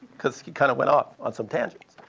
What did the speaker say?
because he kind of went off on some tangents.